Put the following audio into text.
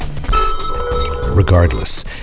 Regardless